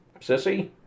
Sissy